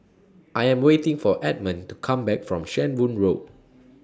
I Am waiting For Edmond to Come Back from Shenvood Road